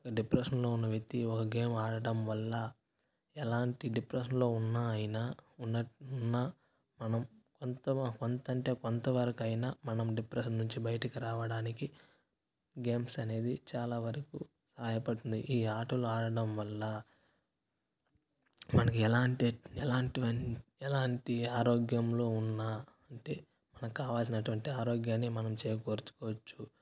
డిప్రెషన్లో ఉన్న వ్యక్తి ఒక గేమ్ ఆడటం వల్ల ఎలాంటి డిప్రెషన్లో ఉన్న అయినా ఉన్న ఉన్న మనం ఎంతో కొంత అంటే కొంతవరకైనా మనం డిప్రెషన్ నుంచి బయటికి రావడానికి గేమ్స్ అనేది చాలా వరకు సహాయపడుతుంది ఈ ఆటలు ఆడడం వల్ల మనకి ఎలాంటి ఎలాంటి ఎలాంటి ఆరోగ్యంలో ఉన్న అంటే మనకు కావలసినటువంటి ఆరోగ్యాన్ని మనం చేకూర్చుకోవచ్చు